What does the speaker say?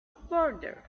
border